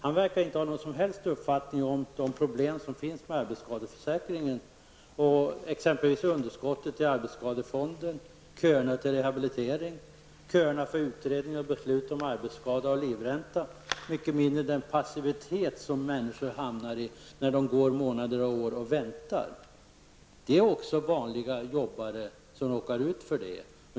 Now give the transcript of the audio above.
Han verkar inte ha någon som helst uppfattning om de problem som finns med arbetsskadeförsäkringen, exempelvis underskottet i arbetsskadefonden, köerna till rehabilitering, köerna till utredning och beslut om arbetsskada och livränta och inte heller om den passivitet människor hamnar i när de går månader och år och väntar. Det är vanliga jobbare som råkar ut för det.